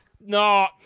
No